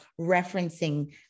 referencing